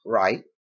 right